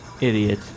idiot